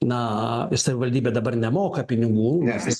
na savivaldybė dabar nemoka pinigų nes